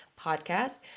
podcast